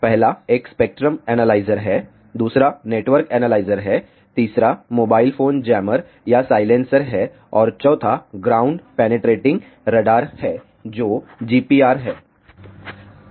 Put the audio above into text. पहला एक spectrum analyzer है दूसरा नेटवर्क एनालाइजर है तीसरा मोबाइल फोन जैमर या साइलेंसर है और चौथा ग्राउंड पेनेट्रेटिंग रडार है जो GPR है